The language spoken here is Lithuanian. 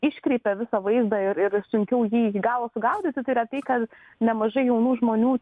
iškreipia visą vaizdą ir ir sunkiau jį gal gaudyti tai yra tai kad nemažai jaunų žmonių